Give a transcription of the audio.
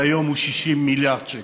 שהיום הוא 60 מיליארד שקל.